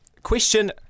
Question